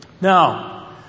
Now